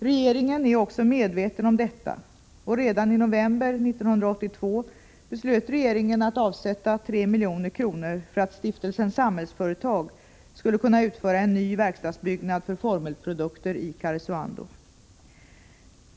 Regeringen är också medveten om detta, och redan i november 1982 beslöt regeringen att avsätta 3 milj.kr. för att stiftelsen Samhällsföretag skulle kunna utföra en ny verkstadsbyggnad för Formelprodukter i Karesuando.